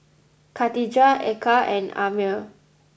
Katijah Eka and Ammir